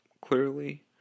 clearly